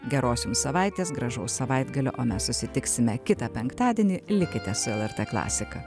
geros jums savaitės gražaus savaitgalio o mes susitiksime kitą penktadienį likite su lrt klasika